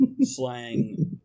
slang